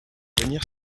venir